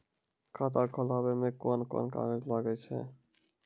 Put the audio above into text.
खाता खोलावै मे कोन कोन कागज लागै छै?